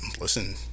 listen